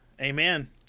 Amen